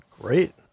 Great